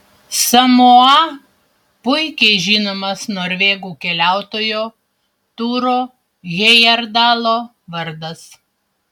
samoa puikiai žinomas norvegų keliautojo turo hejerdalo vardas